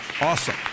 awesome